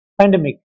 pandemic